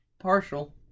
partial